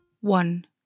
one